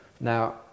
Now